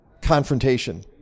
confrontation